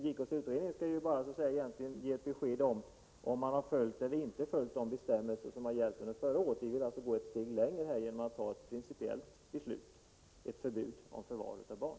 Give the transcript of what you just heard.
JK:s utredning skall så att säga bara ge besked om huruvida man har följt eller inte följt de bestämmelser som gällde under förra året. Vi vill alltså gå ett steg längre genom att fatta ett principiellt beslut — ett beslut om förbud mot förvaring av barn.